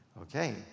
Okay